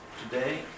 today